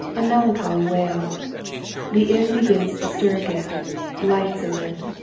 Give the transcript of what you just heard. a melancholy wail the inn begins to stir again lights are lit,